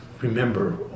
remember